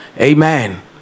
Amen